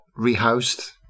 rehoused